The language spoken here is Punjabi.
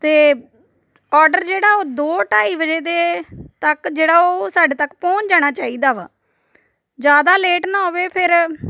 ਅਤੇ ਔਡਰ ਜਿਹੜਾ ਉਹ ਦੋ ਢਾਈ ਵਜੇ ਦੇ ਤੱਕ ਜਿਹੜਾ ਉਹ ਸਾਡੇ ਤੱਕ ਪਹੁੰਚ ਜਾਣਾ ਚਾਹੀਦਾ ਵਾ ਜ਼ਿਆਦਾ ਲੇਟ ਨਾ ਹੋਵੇ ਫਿਰ